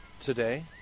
today